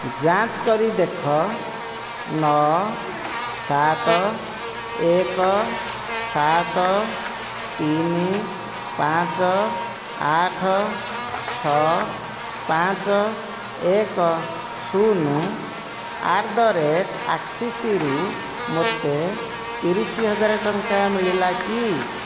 ଯାଞ୍ଚ କରି ଦେଖ ନଅ ସାତ ଏକ ସାତ ତିନି ପାଞ୍ଚ ଆଠ ଛଅ ପାଞ୍ଚ ଏକ ଶୂନ ଆଟ୍ ଦ ରେଟ୍ ଆକ୍ସିସ୍ରୁ ମୋତେ ତିରିଶ ହଜାର ଟଙ୍କା ମିଳିଲା କି